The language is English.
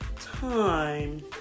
Time